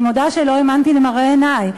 אני מודה שלא האמנתי למראה עיני.